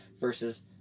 versus